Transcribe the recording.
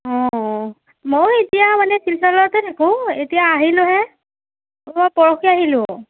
অ' মই এতিয়া মানে তে থাকোঁ এতিয়া আহিলোঁহে মই পৰহি আহিলোঁ